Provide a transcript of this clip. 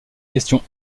questions